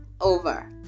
Over